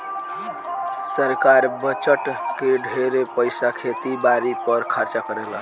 सरकार बजट के ढेरे पईसा खेती बारी पर खर्चा करेले